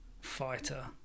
fighter